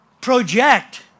project